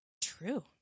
True